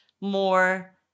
more